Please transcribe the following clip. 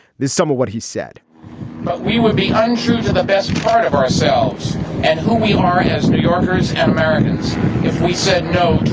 there's some of what he said but he would be untrue to the best part of ourselves and who we are as new yorkers and americans. if we said no